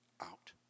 out